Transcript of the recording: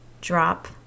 drop